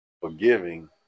Forgiving